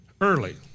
early